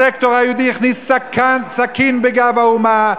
הסקטור היהודי הכניס סכין בגב האומה.